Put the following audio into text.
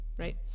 right